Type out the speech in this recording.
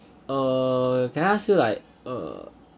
err can I ask you like uh